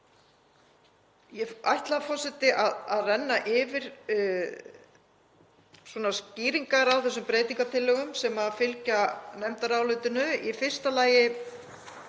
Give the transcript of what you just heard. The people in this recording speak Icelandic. Ég ætla, forseti, að renna yfir skýringar á þessum breytingartillögum sem fylgja nefndarálitinu.